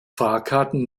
fahrkarten